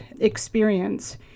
experience